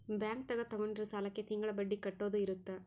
bank ದಾಗ ತಗೊಂಡಿರೋ ಸಾಲಕ್ಕೆ ತಿಂಗಳ ಬಡ್ಡಿ ಕಟ್ಟೋದು ಇರುತ್ತ